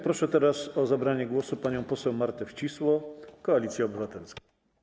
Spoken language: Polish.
Proszę o zabranie głosu panią poseł Martę Wcisło, Koalicja Obywatelska.